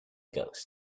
ghost